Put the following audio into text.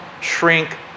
shrink